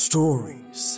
Stories